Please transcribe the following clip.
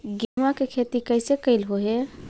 गेहूआ के खेती कैसे कैलहो हे?